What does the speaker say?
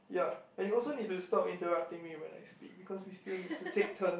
ya and you also need to stop interrupting me when I speak because we still need to take turns